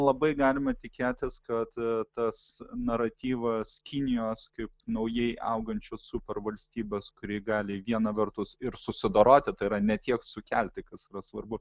labai galima tikėtis kad tas naratyvas kinijos kaip naujai augančios supervalstybės kuri gali viena vertus ir susidoroti tai yra ne tiek sukelti kas svarbu